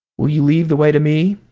will you leave the way to me?